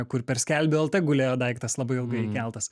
kur per skelbiu lt gulėjo daiktas labai ilgai įkeltas